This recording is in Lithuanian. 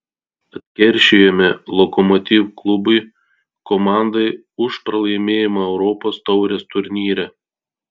atkeršijome lokomotiv klubui komandai už pralaimėjimą europos taurės turnyre